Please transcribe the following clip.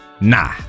Nah